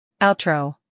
Outro